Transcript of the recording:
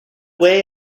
way